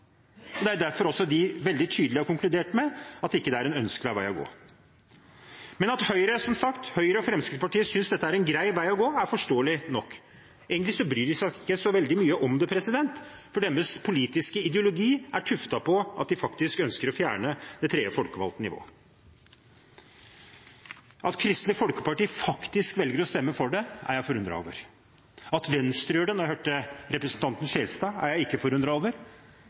regionsmessig. Det er derfor de veldig tydelig har konkludert med at det ikke er en ønskelig vei å gå. Men, som sagt, at Høyre og Fremskrittspartiet synes dette er en grei vei å gå, er forståelig nok. Egentlig bryr de seg ikke så veldig mye om det, for deres politiske ideologi er tuftet på at de faktisk ønsker å fjerne det tredje folkevalgte nivået. At Kristelig Folkeparti faktisk velger å stemme for det, er jeg forundret over. At Venstre gjør det, når jeg hørte representanten Skjelstad, er jeg ikke forundret over,